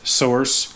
source